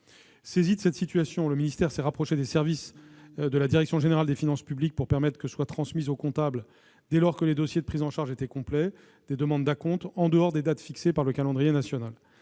Saisi de ces situations, le ministère s'est rapproché des services de la direction générale des finances publiques pour permettre que soient transmises au comptable, dès lors que les dossiers de prise en charge étaient complets, des demandes d'acompte en dehors des dates fixées par le calendrier national.